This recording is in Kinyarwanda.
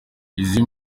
izi